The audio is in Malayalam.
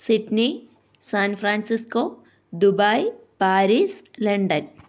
Sydney San Francisco Dubai Paris London